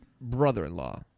brother-in-law